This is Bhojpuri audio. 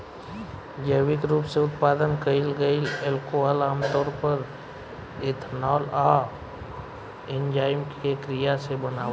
जैविक रूप से उत्पादन कईल गईल अल्कोहल आमतौर पर एथनॉल आ एन्जाइम के क्रिया से बनावल